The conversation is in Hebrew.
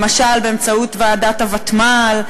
למשל באמצעות ועדת הוותמ"ל,